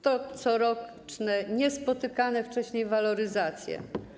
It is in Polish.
To coroczne, niespotykane wcześniej waloryzacje.